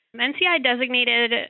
NCI-designated